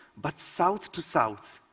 but south to south,